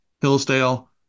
hillsdale